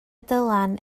dylan